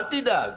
אל תדאג.